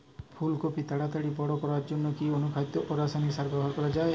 ফুল কপি তাড়াতাড়ি বড় করার জন্য কি অনুখাদ্য ও রাসায়নিক সার ব্যবহার করা যাবে?